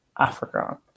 Africa